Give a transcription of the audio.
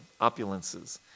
opulences